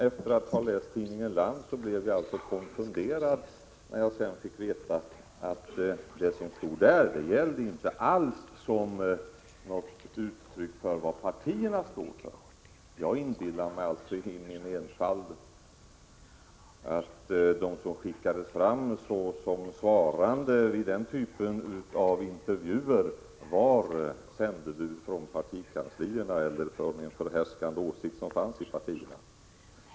Efter att ha läst tidningen Land blev jag alltså konfunderad, när jag sedan fick veta att det som stod där inte alls gällde som något uttryck för vad partierna står för. Jag inbillade mig i min enfald att de som skickades fram såsom svarande vid den typen av intervjuer var sändebud från partikanslierna eller omfattade den förhärskande åsikten i partierna.